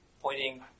pointing